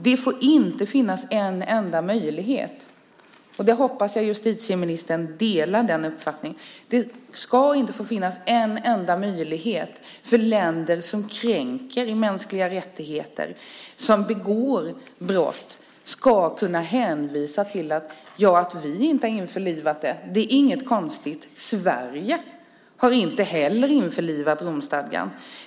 Det får inte finnas en enda möjlighet - jag hoppas att justitieministern delar den uppfattningen - för länder som kränker och begår brott mot mänskliga rättigheter att säga: Ja, att vi inte har införlivat detta är inget konstigt. Sverige har ju inte heller införlivat Romstadgan.